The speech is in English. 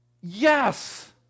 Yes